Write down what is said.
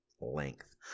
length